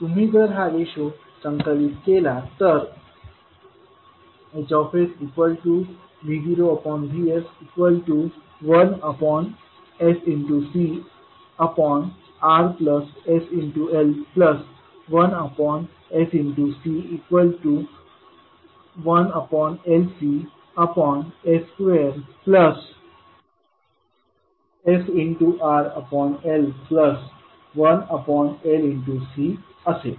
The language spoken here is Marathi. तुम्ही जर हा रेशो संकलित केला तर HsV0Vs1sCRsL1sC1LCs2sRL1LC असेल